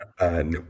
No